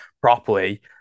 properly